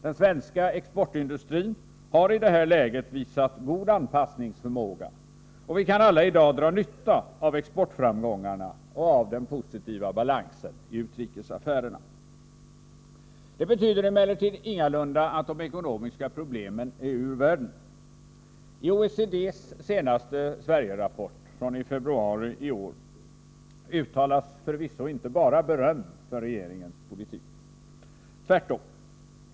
Den svenska exportindustrin har i detta läge visat god anpassningsförmåga, och vi kan alla i dag dra nytta av exportframgångarna och av den positiva — Nr 130 balansen i utrikesaffärerna. Re : É Torsdagen den Detta betyder emellertid ingalunda att de ekonomiska problemen är ur 26 april 1984 världen. I OECD:s senaste Sverigerapport, från i februari i år, uttalas förvisso inte bara beröm för regeringens politik. Tvärtom!